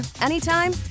anytime